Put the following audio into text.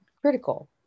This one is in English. critical